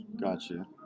gotcha